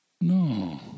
No